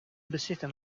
bezitten